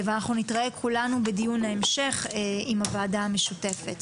ואנחנו נתראה כולנו בדיון המשך עם הועדה המשותפת.